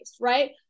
right